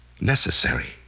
necessary